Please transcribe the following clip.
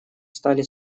стали